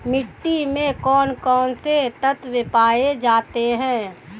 मिट्टी में कौन कौन से तत्व पाए जाते हैं?